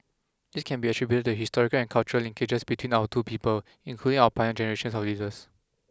this can be attributed to the historical and cultural linkages between our two peoples including our pioneer generation of leaders